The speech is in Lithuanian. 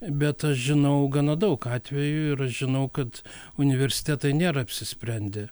bet aš žinau gana daug atvejų ir žinau kad universitetai nėra apsisprendę